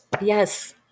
Yes